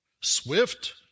swift